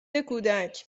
کودک